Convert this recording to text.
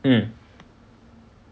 mm